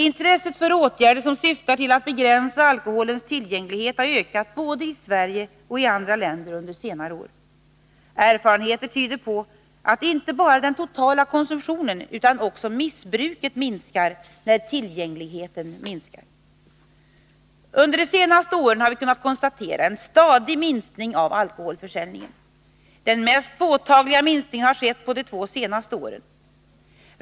Intresset för åtgärder som syftar till att begränsa alkoholens tillgänglighet har ökat både i Sverige och i andra länder under senare år. Erfarenheter tyder på att inte bara den totala konsumtionen utan också missbruket minskar när tillgängligheten minskar. Under de senaste åren har vi kunnat konstatera en stadig minskning av alkoholförsäljningen. Den mest påtagliga minskningen har skett under de två senaste åren.